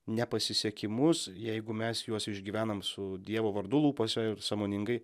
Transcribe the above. nepasisekimus jeigu mes juos išgyvenam su dievo vardu lūpose ir sąmoningai